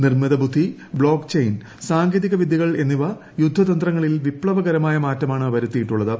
നിർമ്മിതബുദ്ധി blockchain സാങ്കേതികവിദ്യകൾ എന്നിവ യുദ്ധതന്ത്രങ്ങളിൽ വിപ്ലവകരമായ മാറ്റമാണ് വരുത്തിയിട്ടുള്ളത്